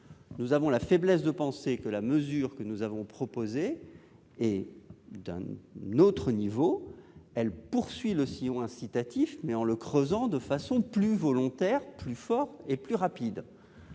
Nous avons la faiblesse de penser que la mesure que nous avons proposée est d'un autre niveau. Elle prolonge le sillon incitatif, mais en le creusant de façon plus volontariste et plus rapide.